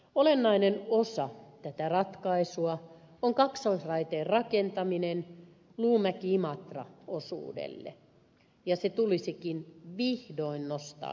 olennainen osa tätä ratkaisua on kaksoisraiteen rakentaminen luumäkiimatra osuudelle ja se tulisikin vihdoin nostaa kärkihankkeiden joukkoon